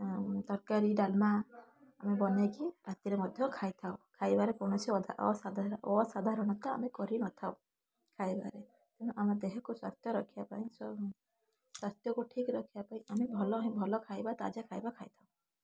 ଆଉ ତରକାରୀ ଡାଲମା ଆମେ ବନେଇକି ରାତିରେ ମଧ୍ୟ ଖାଇଥାଉ ଖାଇବାରେ କୌଣସି ଅସାଧାରଣତା ଆମେ କରି ନଥାଉ ଖାଇବାରେ ଆମ ଦେହକୁ ସ୍ୱାସ୍ଥ୍ୟ ରଖିବାପାଇଁ ସ୍ୱାସ୍ଥ୍ୟକୁ ଠିକ୍ ରଖିବାପାଇଁ ଆମେ ଭଲ ହିଁ ଭଲ ଖାଇବା ତାଜା ଖାଇବା ଖାଇଥାଉ